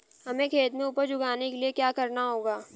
हमें खेत में उपज उगाने के लिये क्या करना होगा?